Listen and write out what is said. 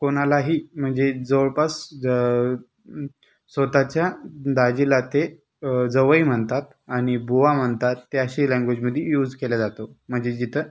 कोणालाही म्हणजे जवळपास स्वतःच्या दाजीला ते जावई म्हणतात आणि बुवा म्हणतात ते अशी लँग्वेजमध्ये यूज केल्या जातो म्हणजे जिथं